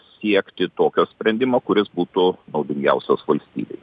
siekti tokio sprendimo kuris būtų naudingiausias valstybei